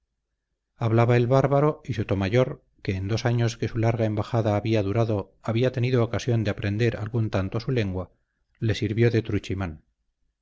hablaba el bárbaro y sotomayor que en dos años que su larga embajada había durado había tenido ocasión de aprender algún tanto su lengua le sirvió de